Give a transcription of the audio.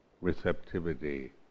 receptivity